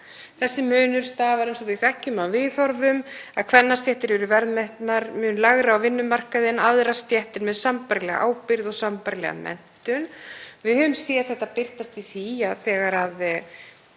Þessi munur stafar af því, eins og við þekkjum af viðhorfum, að kvennastéttir eru verðmetnar mun lægra á vinnumarkaði en aðrar stéttir með sambærilega ábyrgð og sambærilega menntun. Við höfum séð þetta birtast í því að þegar